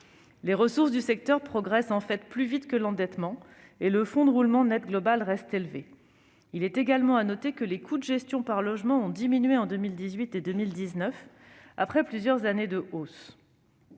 Les ressources du secteur progressent en fait plus vite que l'endettement et le fonds de roulement net global reste élevé. Il est également à noter que les coûts de gestion par logement ont diminué en 2018 et 2019, après plusieurs années de hausse.